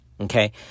Okay